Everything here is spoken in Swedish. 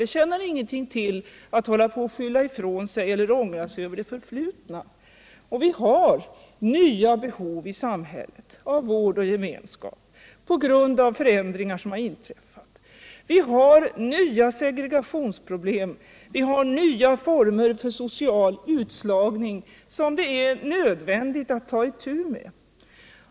Det tjänar ingenting till att skylla ifrån sig eller att ångra sig när det gäller det förflutna. Vi har i samhället nya behov av vård och gemenskap på grund av förändringar som inträffat. Vi har nya segregationsproblem. Vi har nya former för social utslagning som det är nödvändigt att ta itu med.